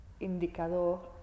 indicador